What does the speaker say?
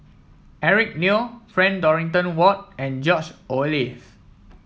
Eric Neo Frank Dorrington Ward and George Oehlers